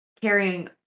carrying